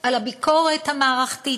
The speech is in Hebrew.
על הביקורת המערכתית.